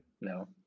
No